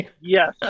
Yes